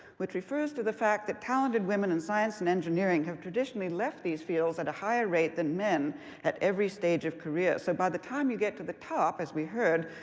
which refers to the fact that talented women in science and engineering have traditionally left these fields at a higher rate than men at every stage of career. so by the time you get to the top, as we heard,